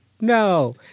no